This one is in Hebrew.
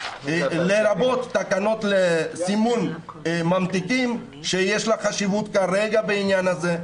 לרבות תקנות לסימון ממתיקים שיש לה חשיבות כרגע בעניין הזה,